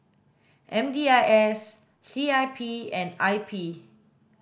M D I S C I P and I P